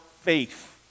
faith